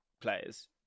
players